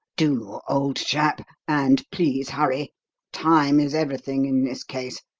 do, old chap and please hurry time is everything in this case.